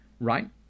right